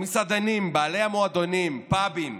המסעדנים, בעלי המועדונים, פאבים,